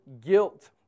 guilt